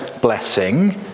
Blessing